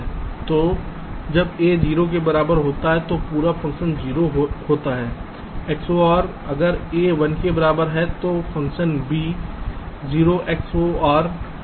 तो जब a 0 के बराबर होता है तो पूरा फंक्शन 0 होता है XOR अगर a 1 के बराबर होता है तो function b 0 XOR b b होता है